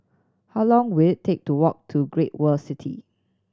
how long will it take to walk to Great World City